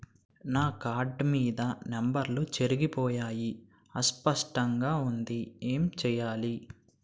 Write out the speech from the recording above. నా కార్డ్ మీద నంబర్లు చెరిగిపోయాయి అస్పష్టంగా వుంది ఏంటి చేయాలి?